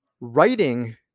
Writing